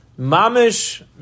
Mamish